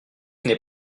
n’est